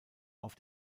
auf